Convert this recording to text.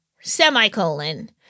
semicolon